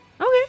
Okay